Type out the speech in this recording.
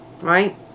right